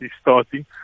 starting